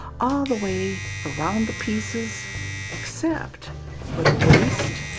all the way around the pieces except for the waist,